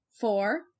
Four